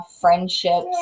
friendships